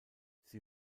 sie